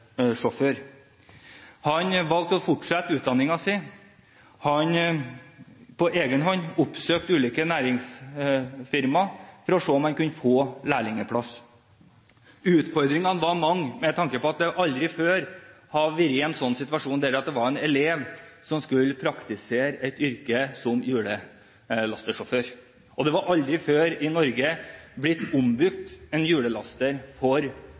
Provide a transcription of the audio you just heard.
Han valgte å fortsette utdanningen sin. Han oppsøkte på egen hånd ulike firmaer for å se om han kunne få lærlingplass. Utfordringene var mange med tanke på at det aldri før hadde vært en situasjon der en slik elev skulle praktisere et yrke som hjullastersjåfør. Det hadde aldri før blitt ombygget en hjullaster i Norge